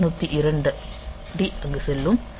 202D அங்கு செல்லும்